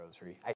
rosary